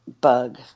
bug